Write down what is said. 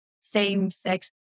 same-sex